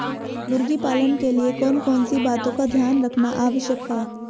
मुर्गी पालन के लिए कौन कौन सी बातों का ध्यान रखना आवश्यक है?